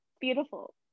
beautiful